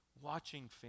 watching